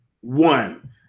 One